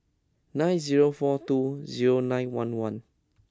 nine zero four two zero nine one one